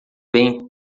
bem